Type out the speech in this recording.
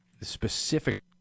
specific